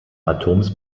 atoms